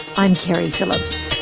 i'm keri phillips.